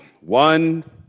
One